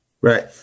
Right